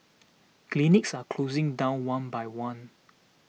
clinics are closing down one by one